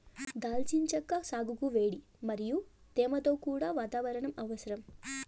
దాల్చిన చెక్క సాగుకు వేడి మరియు తేమతో కూడిన వాతావరణం అవసరం